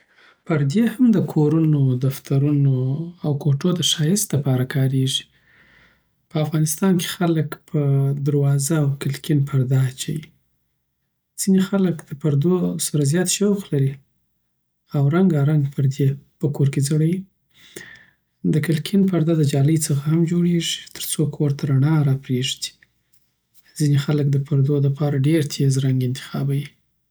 پردی هم دکورونه، دفترونو او کوټو دښایست دپاره کاریږی په افغانستان کی خلګ په دروازه او کلکین پرده اچوی ځینی خلک د پردو سره زیات شوق لری او رنګا رنګ پردی په کور کی ځړوی دکلین پرده له جالی څخه هم جوړیږی ترڅو کوټی روڼا راسی ځینی خلک دپردو دپاره ډیر تیز رنک انتخاب وی